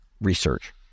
research